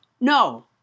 no